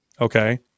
Okay